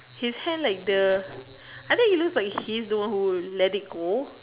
he's hand like the I think he looks like the one who let it go